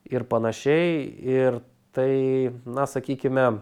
ir panašiai ir tai na sakykime